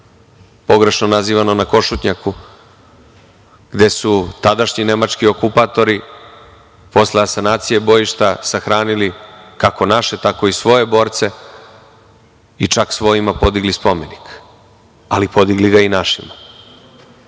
pogrešno nazivano na Košutnjaku, gde su tadašnji nemački okupatori posle asanacije bojišta sahranili kako naše tako i svoje borce i čak svojima podigli spomenik, ali podigli ga i